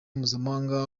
mpuzamahanga